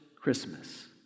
christmas